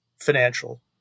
financial